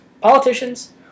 politicians